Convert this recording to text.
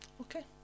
Okay